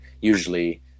usually